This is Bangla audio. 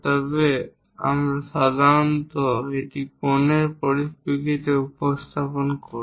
তবে আমরা সাধারণত এটিকে কোণের পরিপ্রেক্ষিতে উপস্থাপন করি